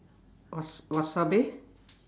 wa~ wasabi